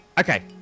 Okay